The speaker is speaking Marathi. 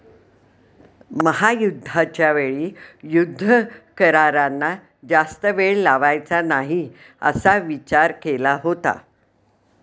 महायुद्धाच्या वेळी युद्ध करारांना जास्त वेळ लावायचा नाही असा विचार केला होता